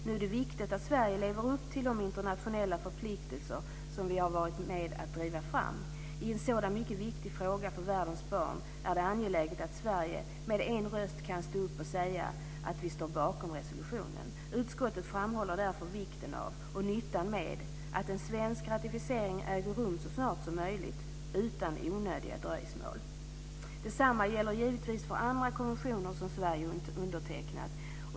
Nu är det viktigt att Sverige lever upp till de internationella förpliktelser som vi har varit med om att driva fram. I en sådan mycket viktig fråga för världens barn är det angeläget att Sverige kan stå upp och med en röst säga att vi står bakom resolutionen. Utskottet framhåller därför vikten av och nyttan med att en svensk ratificering äger rum så snart som möjligt, utan onödiga dröjsmål. Detsamma gäller givetvis för andra konventioner som Sverige undertecknat.